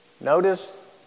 Notice